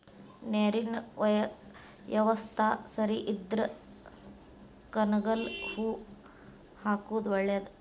ನೇರಿನ ಯವಸ್ತಾ ಸರಿ ಇದ್ರ ಕನಗಲ ಹೂ ಹಾಕುದ ಒಳೇದ